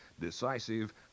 decisive